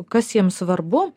kas jiems svarbu